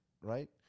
right